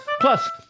Plus